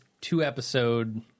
two-episode